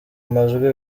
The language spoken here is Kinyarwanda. amajwi